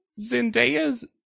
Zendaya's